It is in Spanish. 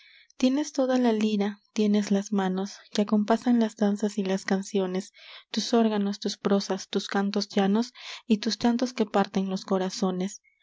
tienes toda la lira tienes las manos que acompasan las danzas y las canciones tus órganos tus prosas tus cantos llanos y tus llantos que parten los corazones